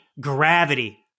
gravity